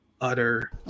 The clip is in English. utter